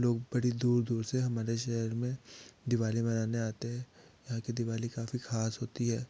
लोग बाड़ी दूर दूर से हमारे शहर में दिवाली मनाने आते हैं यहाँ की दिवाली काफ़ी ख़ास होती है